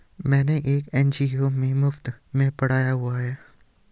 मैंने एक एन.जी.ओ में मुफ़्त में पढ़ाया हुआ है